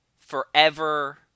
forever